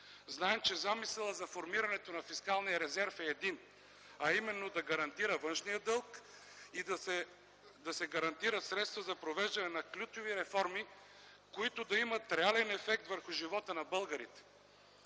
Знаем, че замисълът за формирането на фискалния резерв е един, а именно – да гарантира външния дълг и да се гарантират средства за провеждане на ключови реформи, които да имат реален ефект върху живота на българите.